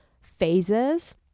phases